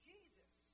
Jesus